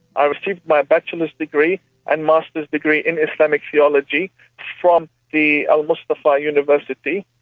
i received my bachelors degree and masters degree in islamic theology from the al-mustapha university.